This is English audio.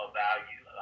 value